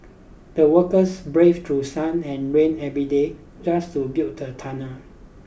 the workers braved through sun and rain every day just to build the tunnel